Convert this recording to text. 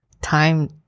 time